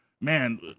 man